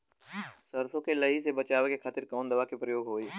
सरसो के लही से बचावे के खातिर कवन दवा के प्रयोग होई?